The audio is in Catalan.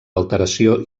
alteració